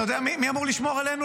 אתה יודע מי אמור לשמור עלינו,